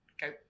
go